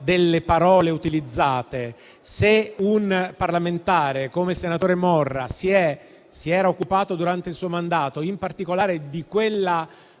delle parole utilizzate. Se un parlamentare, come il senatore Morra, si è occupato durante il suo mandato in particolare di quella